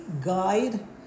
guide